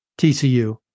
TCU